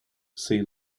sea